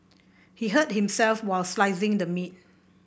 he hurt himself while slicing the meat